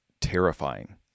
terrifying